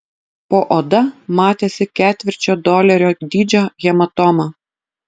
po oda matėsi ketvirčio dolerio dydžio hematoma